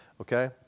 Okay